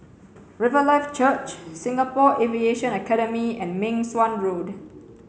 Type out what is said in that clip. Riverlife Church Singapore Aviation Academy and Meng Suan Road